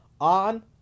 on